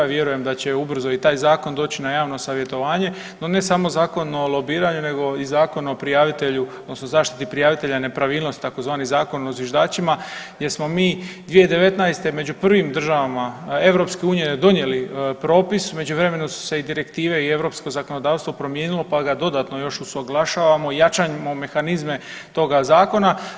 Vjerujem da će ubrzo i taj zakon doći na javno savjetovanje, no ne samo Zakon o lobiranju nego i Zakon o prijavitelju odnosno zaštiti prijavitelja nepravilnosti tzv. Zakon o zviždačima gdje smo mi 2019. među prvim državama EU donijeli propis, u međuvremenu su se i direktive i europsko zakonodavstvo promijenilo, pa ga dodatno još usuglašavamo i jačamo mehanizme toga zakona.